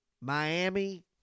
Miami